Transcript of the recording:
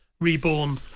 reborn